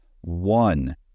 one